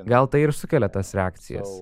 gal tai ir sukelia tas